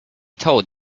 told